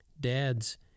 Dads